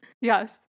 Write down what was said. Yes